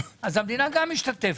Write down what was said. המדינה גם משתתפת.